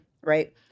right